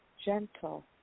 gentle